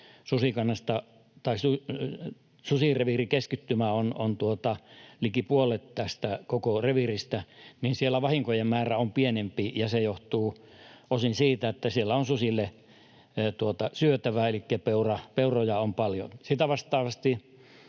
susireviirikeskittymä on liki puolet tästä koko reviiristä, niin siellä vahinkojen määrä on pienempi. Se johtuu osin siitä, että siellä on susille syötävää elikkä peuroja on paljon. Sitten vastaavasti